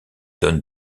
donne